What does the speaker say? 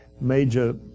major